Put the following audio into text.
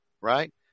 right